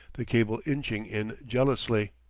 the cable inching in jealously.